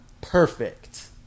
Perfect